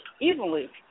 evenly